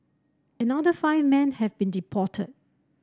another five men have been deported